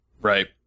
right